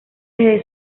desde